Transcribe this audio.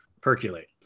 percolate